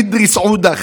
אדריס עודה,